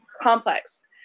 complex